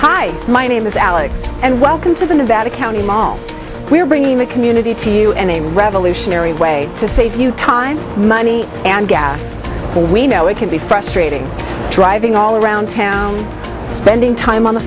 hi my name is alex and welcome to the nevada county mall we're bringing the community to you and a revolutionary way to save you time money and before we know it can be frustrating driving all around town spending time on the